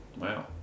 wow